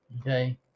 Okay